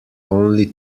only